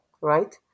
right